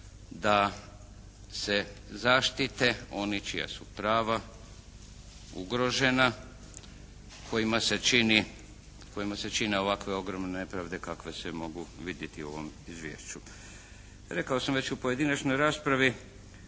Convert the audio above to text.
da se zaštite oni čija su prava ugrožena, kojima se čine ovakve ogromne nepravde kakve se mogu vidjeti u ovom izvješću. Rekao sam već u pojedinačnoj raspravi,